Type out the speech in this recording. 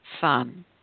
fun